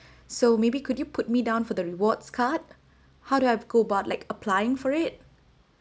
so maybe could you put me down for the rewards card how do I go about like applying for it